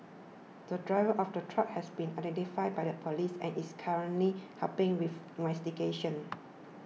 the driver of the truck has been identified by the police and is currently helping with investigations